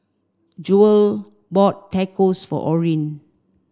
Jewel bought Tacos for Orin